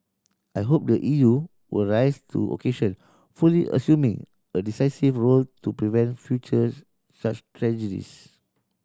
I hope the E U will rise to occasion fully assuming a decisive role to prevent futures such tragedies